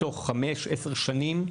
תוך 5-10 שנים,